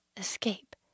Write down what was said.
escape